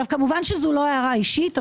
כמובן שזו לא הערה אישית,